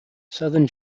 southern